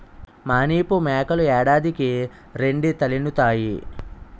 మానిపు మేకలు ఏడాదికి రెండీతలీనుతాయి